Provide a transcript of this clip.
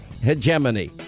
hegemony